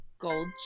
Gold